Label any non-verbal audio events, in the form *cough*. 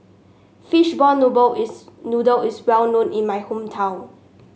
fishball *unintelligible* is noodle is well known in my hometown